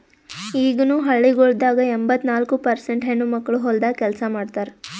ಈಗನು ಹಳ್ಳಿಗೊಳ್ದಾಗ್ ಎಂಬತ್ತ ನಾಲ್ಕು ಪರ್ಸೇಂಟ್ ಹೆಣ್ಣುಮಕ್ಕಳು ಹೊಲ್ದಾಗ್ ಕೆಲಸ ಮಾಡ್ತಾರ್